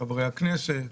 חברי הכנסת,